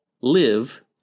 live